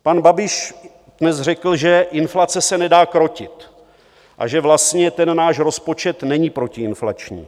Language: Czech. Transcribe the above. Pan Babiš dnes řekl, že inflace se nedá krotit a že vlastně ten náš rozpočet není protiinflační.